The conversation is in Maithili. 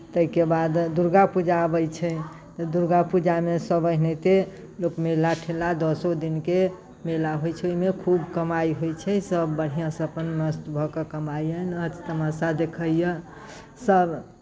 ताहिके बाद दुर्गा पूजा अबैत छै तऽ दुर्गा पूजामे सभ एनाहिते लोक मेला ठेला दसो दिनके मेला होइत छै ओहिमे खूब कमाइ होइत छै सभ बढ़िआँसँ अपन मस्त भऽ कऽ कमाइए नाच तमाशा देखैए सभ